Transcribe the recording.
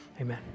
amen